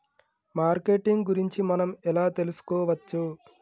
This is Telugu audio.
మార్కెటింగ్ గురించి మనం ఎలా తెలుసుకోవచ్చు?